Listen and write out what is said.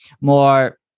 more